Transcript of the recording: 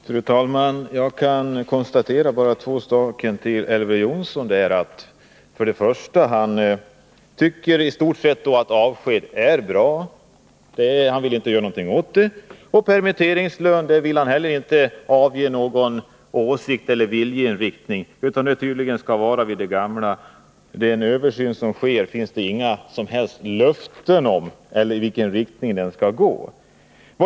Fru talman! Jag kan konstatera två saker. Det är först att Elver Jonsson tycker att avskedandet i stort sett är bra — han vill inte göra någonting åt det. I frågan om permitteringslönen vill han heller inte avge någon deklaration angående sin åsikt eller viljeinriktning, utan där skall tydligen allt också vara vid det gamla. Beträffande den översyn som företas finns det inga som helst löften och inte heller om vilken riktning den skall gå i.